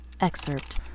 Excerpt